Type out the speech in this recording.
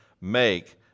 make